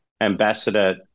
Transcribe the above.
ambassador